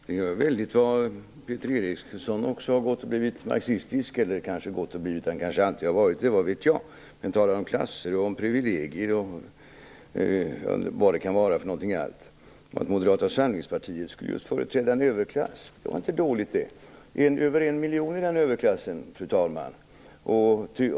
Fru talman! Väldigt vad Peter Eriksson har blivit marxistisk, eller kanske inte blivit utan alltid varit det, vad vet jag! Han talar om klasser och privilegier. Moderata samlingspartiet skulle företräda en överklass. Det var inte dåligt. Det är närmare en miljon i den överklassen.